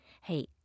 Hey